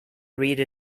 reader